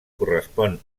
correspon